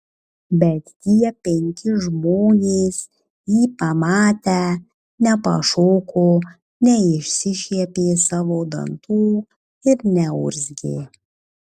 bet tie penki žmonės jį pamatę nepašoko neiššiepė savo dantų ir neurzgė